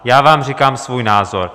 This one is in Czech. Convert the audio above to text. Já vám říkám svůj názor.